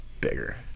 bigger